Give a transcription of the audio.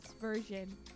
version